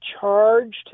charged